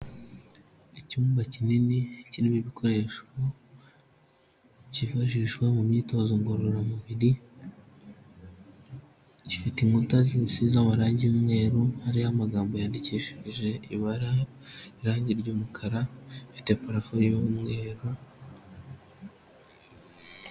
Icyumba kinini kirimo ibikoresho cyifashishwa mu myitozo ngororamubiri gifite inkuta zisize amarangi y'umweru ariho magambo yandikishije ibara irangi ry'umukara ifite parafo y'umweru.